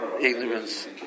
ignorance